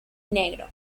negro